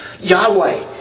Yahweh